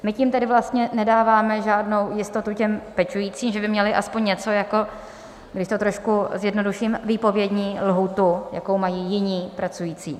My tím tedy vlastně nedáváme žádnou jistotu těm pečujícím, že by měli aspoň něco jako, když to trošku zjednoduším, výpovědní lhůtu, jakou mají jiní pracující.